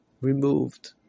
removed